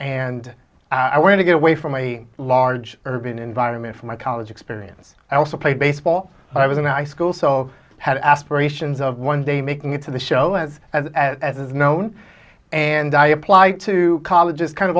and i wanted to get away from a large urban environment from my college experience i also played baseball and i was in the high school so had aspirations of one day making it to the show as as as is known and i apply to colleges kind of